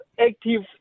active